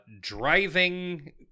driving